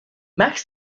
max